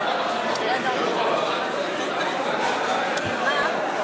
הצעת סיעת ש"ס להביע אי-אמון בממשלה לא נתקבלה.